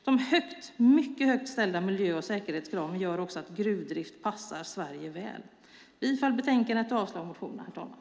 De mycket högt ställda miljö och säkerhetskraven gör också att gruvdrift passar Sverige väl. Jag yrkar bifall till förslaget i betänkandet och avslag på motionerna.